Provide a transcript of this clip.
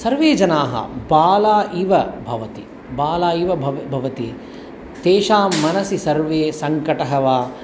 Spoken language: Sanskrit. सर्वे जनाः बालाः इव भवन्ति बालः इव भव भवति तेषां मनसि सर्वे सङ्कटः वा